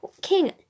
king